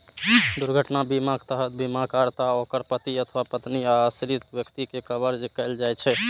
दुर्घटना बीमाक तहत बीमाकर्ता, ओकर पति अथवा पत्नी आ आश्रित व्यक्ति कें कवर कैल जाइ छै